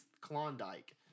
Klondike